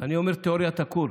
אני אומר את תיאוריית הכור,